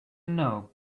know